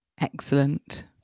Excellent